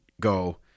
go